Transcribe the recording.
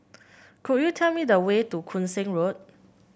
could you tell me the way to Koon Seng Road